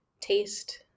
Taste